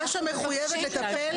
רש"א מחויבת לטפל